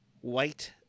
white